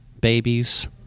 babies